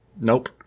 Nope